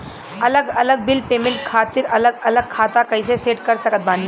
अलग अलग bill payment खातिर अलग अलग खाता कइसे सेट कर सकत बानी?